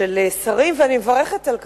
ואני מברכת על כך,